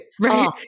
Right